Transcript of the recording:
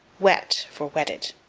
wet for wetted.